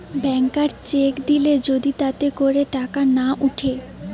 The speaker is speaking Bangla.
ব্যাংকার চেক দিলে যদি তাতে করে টাকা না উঠে